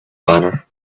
banner